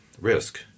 risk